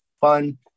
fun